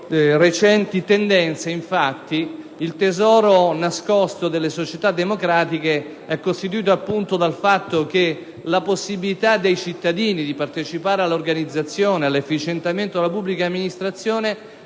recenti tendenze, infatti, il tesoro nascosto delle società democratiche è costituito appunto dalla possibilità dei cittadini di partecipare all'organizzazione e al miglioramento dell'efficienza della pubblica amministrazione,